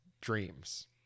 Dreams